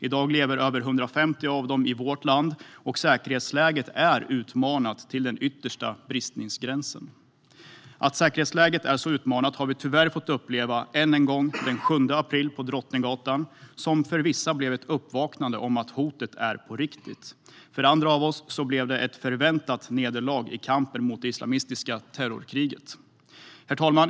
I dag lever över 150 av dem i vårt land, och säkerhetsläget är utmanat till den yttersta bristningsgränsen. Att säkerhetsläget är utmanat har vi tyvärr fått uppleva än en gång, den 7 april på Drottninggatan. Det blev för vissa ett uppvaknande om att hotet är på riktigt. För andra av oss blev det ett förväntat nederlag i kampen mot det islamistiska terrorkriget. Herr talman!